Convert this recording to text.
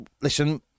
listen